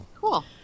Cool